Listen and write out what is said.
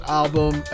album